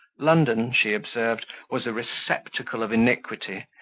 london, she observed, was a receptacle of iniquity,